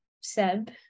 Seb